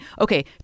okay